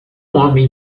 homem